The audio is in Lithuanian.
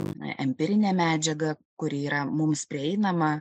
empirine medžiaga kuri yra mums prieinama